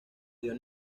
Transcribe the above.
dio